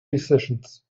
decisions